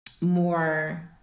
more